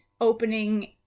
opening